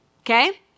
Okay